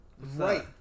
Right